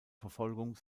verfolgung